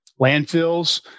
landfills